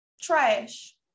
trash